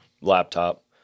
laptop